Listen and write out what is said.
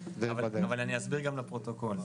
אבל אני אסביר גם לפרוטוקול.